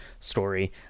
story